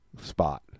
spot